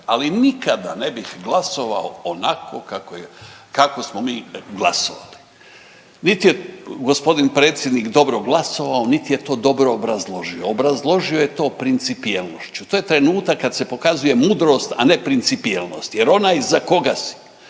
ali nikada ne bih glasovao onako kako je, kako smo mi glasovali. Niti je g. predsjednik dobro glasovao, niti je to dobro obrazložio, obrazložio je to principijelnošću. To je trenutak kad se pokazuje mudrost, a ne principijelnost jer onaj za koga si